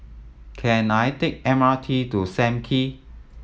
can I take the M R T to Sam Kee